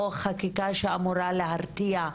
או חקיקה שאמורה להרתיע,